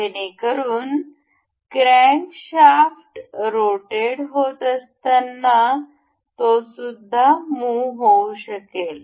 जेणेकरून crankshaft rotated होत असताना तो सुद्धा मुह होऊ शकेल